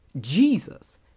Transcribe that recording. Jesus